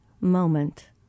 moment